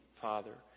Father